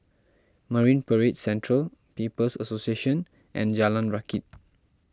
Marine Parade Central People's Association and Jalan Rakit